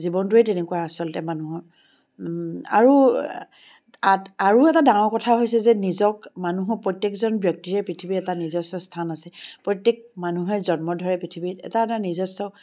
জীৱনটোৱে তেনেকুৱা আচলতে মানুহৰ আৰু আত আৰু এটা ডাঙৰ কথা হৈছে যে নিজক মানুহক প্ৰত্যেকজন ব্যক্তিৰে পৃথিৱীত নিজস্ব এক স্থান আছে প্ৰত্যেক মানুহে জন্ম ধৰে পৃথিবীত এটা এটা নিজস্ব